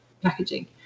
packaging